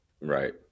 Right